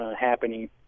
happening